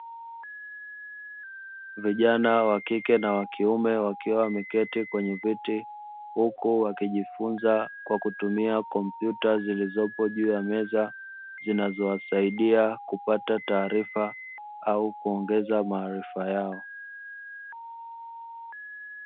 Vijana wa kike na wa kiume wakiwa wameketi kwenye viti, huku wakijifunza kwa kutumia kompyuta zilizopo juu ya meza, zinazo wasaidia kupata taarifa au kuongeza maarifa yao.